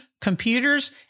computers